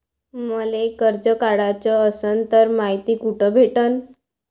मले कर्ज काढाच असनं तर मायती कुठ भेटनं?